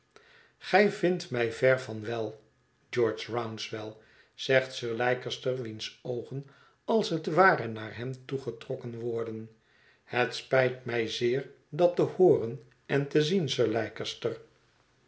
gij vindt mij ver van wel george rouncewell zegt sir leicester wiens oogen als het ware naar hem toe getrokken worden het spijt mij zeer dat te hooren en te